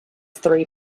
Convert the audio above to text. three